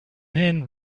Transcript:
then